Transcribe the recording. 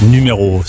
Numéro